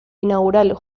inaugural